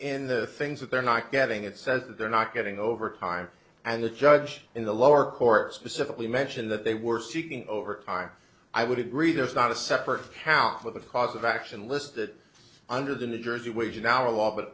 in the things that they're not getting it says that they're not getting overtime and the judge in the lower court specifically mentioned that they were seeking overtime i would agree there's not a separate account of the cause of action listed under the new jersey wage in our law but